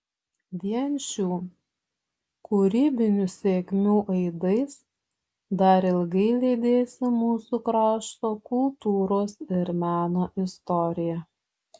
vien šių kūrybinių sėkmių aidais dar ilgai lydėsi mūsų krašto kultūros ir meno istoriją